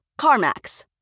CarMax